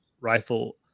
rifle